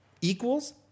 equals